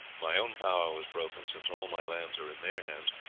my own power was broken, since all my lands are in their hands.